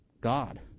God